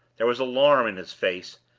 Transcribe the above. there was alarm in his face,